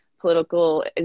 political